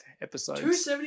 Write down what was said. episodes